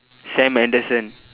sam anderson